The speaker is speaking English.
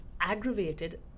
aggravated